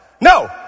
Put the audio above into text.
No